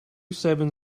seven